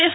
F